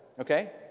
okay